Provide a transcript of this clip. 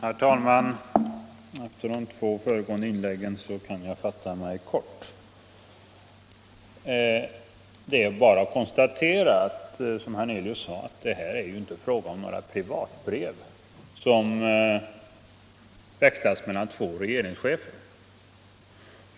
Herr talman! Efter de två föregående inläggen kan jag fatta mig kort. Det är bara, att konstatera, som herr Hernelius sade, att det här är inte fråga om några privatbrev som växlats mellan två regeringschefer.